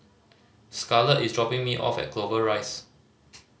Scarlet is dropping me off at Clover Rise